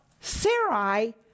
Sarai